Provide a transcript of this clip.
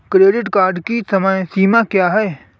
Credit card की समय सीमा क्या है?